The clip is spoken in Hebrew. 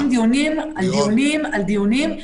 אנחנו יושבים דיונים על דיונים על דיונים,